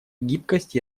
гибкость